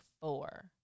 four